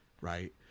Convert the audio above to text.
Right